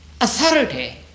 authority